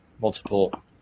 multiple